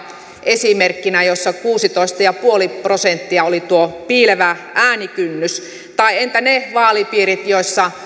esimerkkinä jossa kuusitoista pilkku viisi prosenttia oli tuo piilevä äänikynnys tai entä ne vaalipiirit joissa